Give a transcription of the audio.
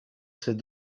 ces